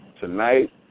tonight